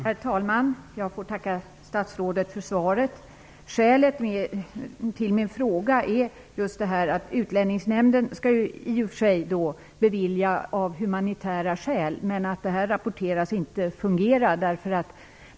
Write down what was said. Herr talman! Jag tackar statsrådet för svaret. Skälet till min fråga är att det, trots att Utlänningsnämnden skall bevilja av humanitära skäl, rapporteras att detta inte fungerar.